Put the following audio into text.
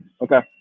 Okay